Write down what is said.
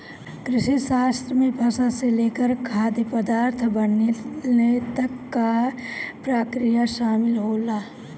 कृषिशास्त्र में फसल से लेकर खाद्य पदार्थ बनले तक कअ प्रक्रिया शामिल होला